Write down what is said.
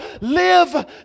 Live